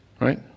Right